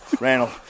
Randall